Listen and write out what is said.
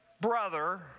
brother